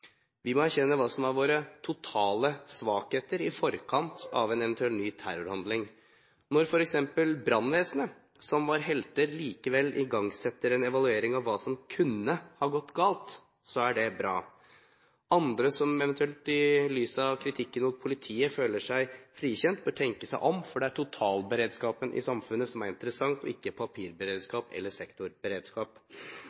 Vi må erkjenne hva som er våre totale svakheter i forkant av en eventuell ny terrorhandling. Når f.eks. brannvesenet, som var helter, likevel igangsetter en evaluering av hva som kunne ha gått galt, er det bra. Andre som eventuelt i lys av kritikken mot politiet føler seg frikjent, bør tenke seg om, for det er totalberedskapen i samfunnet som er interessant, ikke